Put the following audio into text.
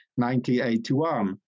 1981